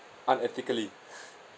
unethically